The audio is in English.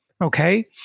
Okay